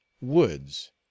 woods